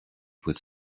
with